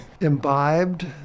imbibed